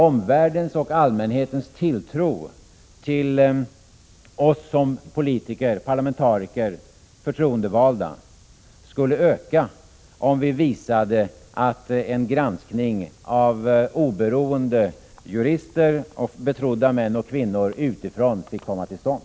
Omvärldens och allmänhetens tilltro till oss som politiker, parlamentariker, förtroendevalda skulle öka om vi visade att en granskning av oberoende jurister och betrodda kvinnor och män utifrån fick komma till stånd.